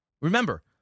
remember